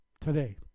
today